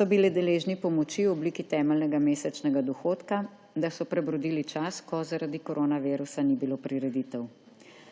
so bili deležni pomoči v obliki temeljnega mesečnega dohodka, da so prebrodili čas, ko zaradi koronavirusa ni bilo prireditev.